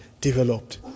Developed